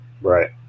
Right